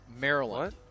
Maryland